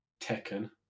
Tekken